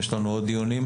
יש לנו עוד דיונים.